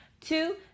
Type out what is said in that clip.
Two